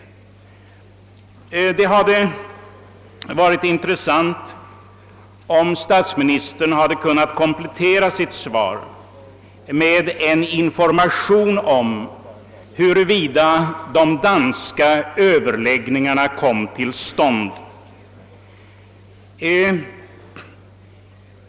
Det hade varit intressant, om statsministern hade kunnat komplettera sitt svar med en information om huruvida dessa överläggningar kom till stånd!